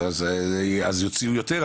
אז יוציאו יותר,